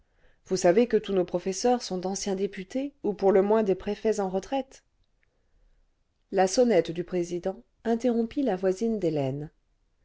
vous savez que tous nos professeurs sont d'anciens députés ou pour le moins des préfets en retraite la sonnette du président interrompit la voisine d'hélène